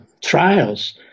trials